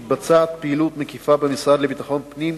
מתבצעת פעילות מקיפה במשרד לביטחון הפנים,